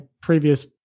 previous